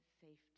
safety